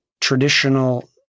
traditional